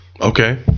Okay